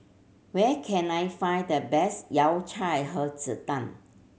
where can I find the best Yao Cai Hei Ji Tang